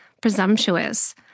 presumptuous